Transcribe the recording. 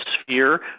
sphere